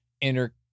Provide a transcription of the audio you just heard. inner